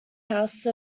house